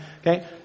Okay